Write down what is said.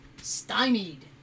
stymied